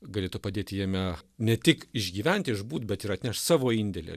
galėtų padėti jame ne tik išgyventi išbūt bet ir atnešt savo indėlį